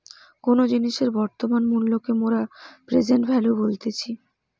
কোনো জিনিসের বর্তমান মূল্যকে মোরা প্রেসেন্ট ভ্যালু বলতেছি